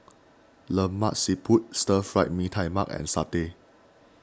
Lemak Siput Stir Fry Mee Tai Mak and Satay